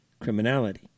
criminality